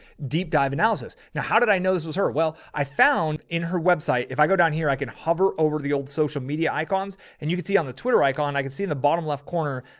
deep dive and houses. now, how did i know this was her? well, i found. in her website. if i go down here, i can hover over the old social media icons. and you can see on the twitter icon, i can see in the bottom left corner,